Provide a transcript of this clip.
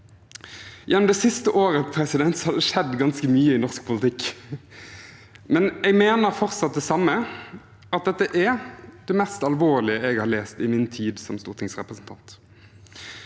Gjennom det siste året har det skjedd ganske mye i norsk politikk, men jeg mener fortsatt det samme: at dette er det mest alvorlige jeg har lest i min tid som stortingsrepresentant.